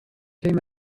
came